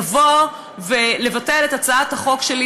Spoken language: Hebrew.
לבוא ולבטל את הצעת החוק שלי,